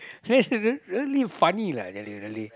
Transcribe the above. where's really really funny lah I tell you really